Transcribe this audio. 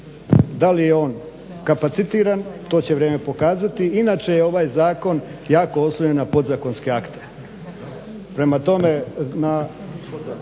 Da li je on kapacitiran to će vrijeme pokazati. Inače je ovaj zakon jako oslonjen na podzakonske akte.